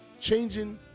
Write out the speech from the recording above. changing